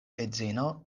edzino